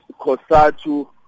COSATU